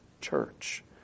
Church